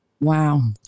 Wow